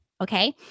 okay